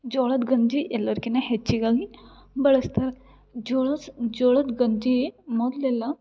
ಜೋಳದ ಗಂಜಿ ಎಲ್ಲರ್ಕಿನ್ನ ಹೆಚ್ಚಿಗಾಗಿ ಬಳಸ್ತಾರೆ ಜೋಳ ಜೋಳದ ಗಂಜಿ ಮೊದಲೆಲ್ಲಾ